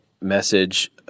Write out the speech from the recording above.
message